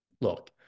Look